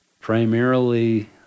primarily